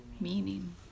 meaning